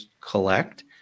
collect